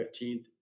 15th